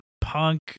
punk